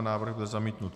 Návrh byl zamítnut.